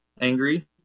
angry